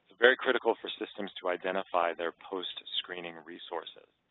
very critical for systems to identify their post-screening resources.